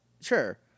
sure